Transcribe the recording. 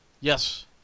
yes